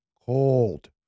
Cold